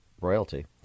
Royalty